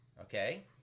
Okay